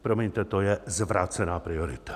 Promiňte, to je zvrácená priorita!